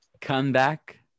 comeback